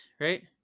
right